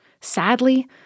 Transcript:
Sadly